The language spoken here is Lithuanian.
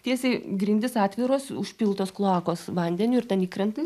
tiesiai grindys atviros užpiltos kloakos vandeniu ir ten įkrenti